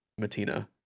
Matina